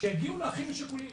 שיגיעו לאחים השכולים.